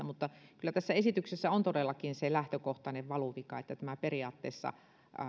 mutta kyllä tässä esityksessä on todellakin se lähtökohtainen valuvika että tämä periaatteessa